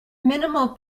minimal